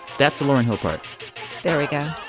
that's the lauryn hill part there yeah